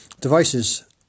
devices